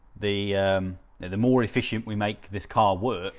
the the the more efficiently make this car work